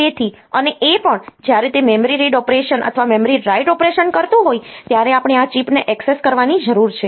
તેથી અને એ પણ જ્યારે તે મેમરી રીડ ઑપરેશન અથવા મેમરી રાઇટ ઑપરેશન કરતું હોય ત્યારે આપણે આ ચિપને ઍક્સેસ કરવાની જરૂર છે